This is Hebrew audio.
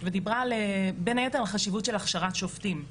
ודיברה בין היתר על החשיבות של הכשרת שופטים.